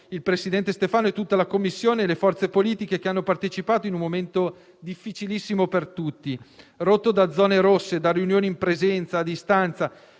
il presidente Stefano, tutta la Commissione e le forze politiche che hanno partecipato, in un momento difficilissimo per tutti, fatto di zone rosse, di riunioni in presenza e a distanza.